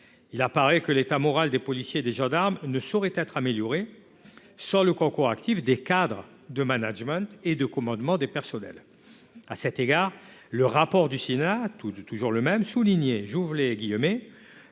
Il apparaît que l'état moral des policiers et gendarmes ne saurait être amélioré sans le concours actif des cadres de management et de commandement des personnels. À cet égard, le rapport de la commission d'enquête du Sénat soulignait